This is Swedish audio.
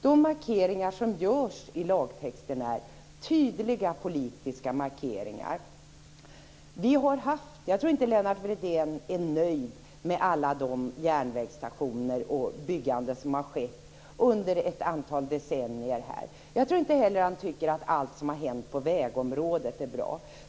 De markeringar som görs i lagtexten är tydliga politiska signaler. Jag tror inte att Lennart Fridén är nöjd med alla järnvägsstationer och annat byggande som skett under ett antal decennier. Jag tror inte heller att han tycker att allt som hänt på vägområdet är bra.